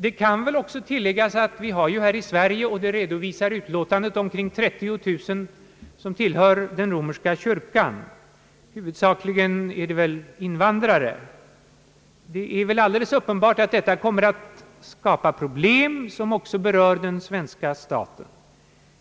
Det kan också tilläggas att vi i Sverige har cirka 30000 människor som tillhör den romersk-katolska kyrkan. Huvudsakligen torde det vara fråga om invandrare. Detta kommer alldeles uppenbart att skapa problem som också berör den svenska staten.